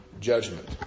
judgment